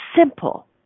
simple